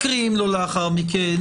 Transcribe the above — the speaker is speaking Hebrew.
מקריאים לו לאחר מכן,